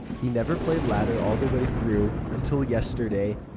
he never played ladder all the way through. until yesterday.